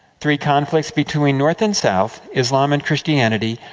three conflicts between north and south, islam and christianity.